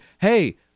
Hey